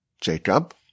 Jacob